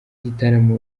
gitaramo